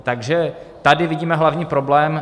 Takže tady vidíme hlavní problém.